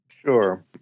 Sure